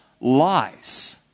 lies